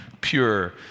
pure